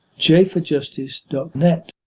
jforjustice dot net